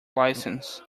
licence